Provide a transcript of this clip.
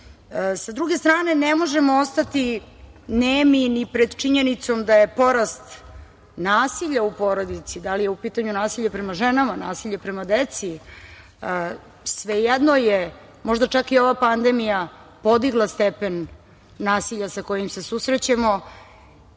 druge strane, ne možemo ostati nemi ni pred činjenicom da je porast nasilja u porodici, da li je u pitanju nasilje prema ženama, nasilje prema deci, svejedno je, možda je čak i ova pandemija podigla stepen nasilja sa kojim se susrećemo,